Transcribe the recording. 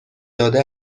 داده